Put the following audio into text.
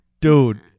Dude